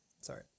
Sorry